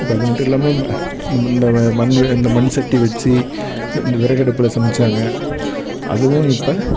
இப்போ அது மட்டும் இல்லாமல் நம்ம இந்த மண் வ இந்த மண் சட்டி வச்சு இந்த வெறகடுப்பில் சமைத்தாங்க அதுவும் இப்போ